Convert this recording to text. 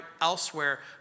elsewhere